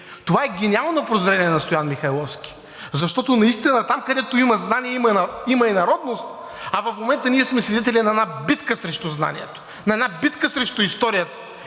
Това е гениално прозрение на Стоян Михайловски, защото наистина там, където има знание, има и народност. В момента ние сме свидетели на една битка срещу знанието, на една битка срещу историята